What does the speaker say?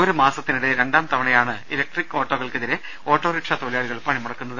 ഒരു മാസത്തിനിടെ രണ്ടാം തവണയാണ് ഇലക്ട്രിക് ഓട്ടോകൾക്കെതിരെ ഓട്ടോറിക്ഷ തൊഴിലാളികൾ പണിമുടക്കുന്നത്